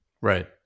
Right